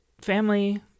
family